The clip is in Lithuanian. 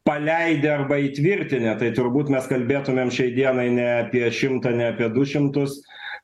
paleidę arba įtvirtinę tai turbūt mes kalbėtumėm šiai dienai ne apie šimtą ne apie du šimtus